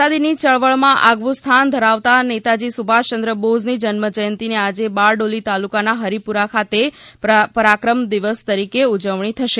આઝાદીની ચળવળમાં આગવું સ્થાન ધરાવતાં નેતાજી સુભાષયંદ્ર બોઝની જન્મજયંતીની આજે બારડોલી તાલુકાના હરિપુરા ખાતે પરાક્રમ દિવસ તરીકે ઉજવણી થશે